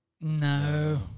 No